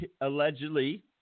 allegedly